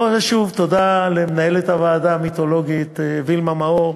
ושוב, תודה למנהלת הוועדה המיתולוגית וילמה מאור,